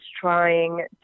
trying